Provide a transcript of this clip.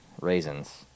Raisins